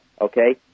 okay